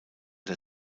der